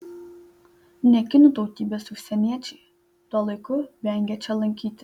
ne kinų tautybės užsieniečiai tuo laiku vengia čia lankytis